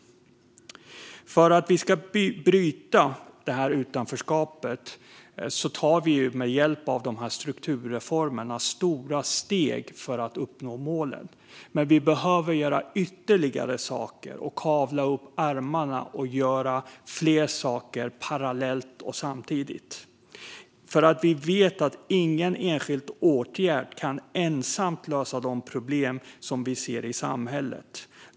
Med hjälp av dessa strukturreformer tar vi stora steg för att uppnå målet: att bryta utanförskapet. Men vi behöver kavla upp ärmarna och göra fler saker parallellt och samtidigt. Vi vet nämligen att ingen enskild åtgärd ensam kan lösa de problem som vi ser i samhället.